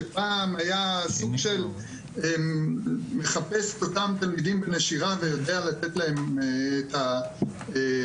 שפעם היה סוג של מחפש את אותם תלמידים בנשירה ויודע לתת להם את המענים.